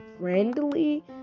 friendly